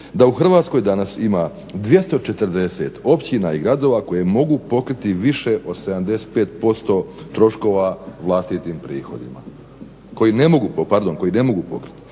da u Hrvatskoj danas ima 240 općina i gradova koje mogu pokriti više od 75% troškova vlastitim prihodima, koji ne mogu pokriti,